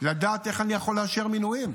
לדעת איך אני יכול לאשר מינויים.